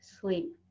Sleep